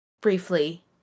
briefly